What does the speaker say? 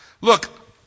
Look